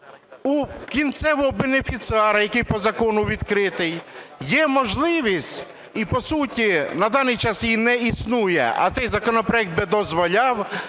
у кінцевого бенефіціара, який по закону відкритий, є можливість, і по суті на даний час її не існує, а цей законопроект би дозволяв